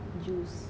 juice